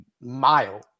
mile